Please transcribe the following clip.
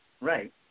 Right